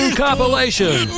compilation